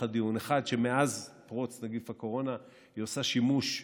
הדיון: מאז פרוץ נגיף הקורונה היא עושה שימוש,